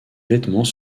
vêtements